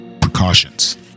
precautions